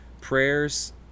prayers